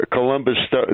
Columbus